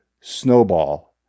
snowball